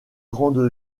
grande